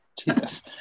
Jesus